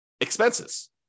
expenses